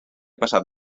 passat